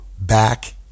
back